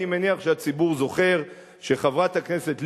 אני מניח שהציבור זוכר שחברת הכנסת לבני,